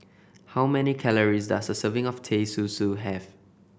how many calories does a serving of Teh Susu have